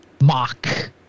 mock